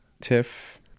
tiff